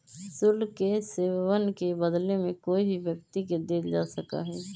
शुल्क के सेववन के बदले में कोई भी व्यक्ति के देल जा सका हई